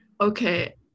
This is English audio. Okay